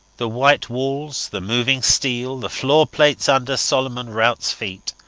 the white walls, the moving steel, the floor plates under solomon routs feet,